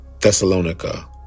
Thessalonica